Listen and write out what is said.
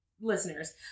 listeners